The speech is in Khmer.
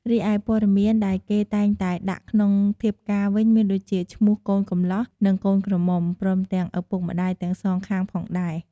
រីឯព័ត៌មានដែលគេតែងតែដាក់ក្នុងធៀបការវិញ មានដូចជា ឈ្មោះកូនកម្លោះ និងកូនក្រមុំ ព្រមទាំងឪពុកម្ដាយទាំងសងខាងផងដែរ។